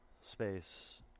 space